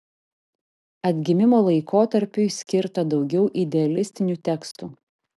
atgimimo laikotarpiui skirta daugiau idealistinių tekstų